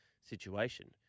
situation